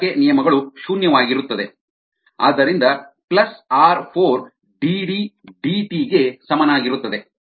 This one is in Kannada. ಆದ್ದರಿಂದ ಪ್ಲಸ್ ಆರ್ 4 ಡಿಡಿ ಡಿಟಿ ಗೆ ಸಮನಾಗಿರುತ್ತದೆ